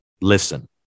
Listen